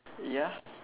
ya